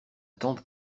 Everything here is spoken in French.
tante